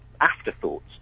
afterthoughts